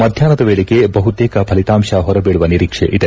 ಮಧ್ವಾನ್ವದ ವೇಳೆಗೆ ಬಹುತೇಕ ಫಲಿತಾಂಶ ಹೊರಬೀಳುವ ನಿರೀಕ್ಷೆ ಇದೆ